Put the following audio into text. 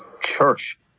Church